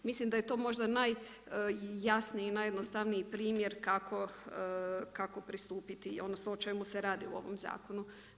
Mislim da je to možda najjasniji i najjednostavniji primjer kako pristupiti odnosno o čemu se radi u ovom zakonu.